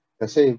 kasi